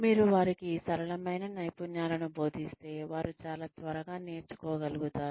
మీరు వారికి సరళమైన నైపుణ్యాలను బోధిస్తే వారు చాలా త్వరగా నేర్చుకోగలుగుతారు